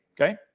okay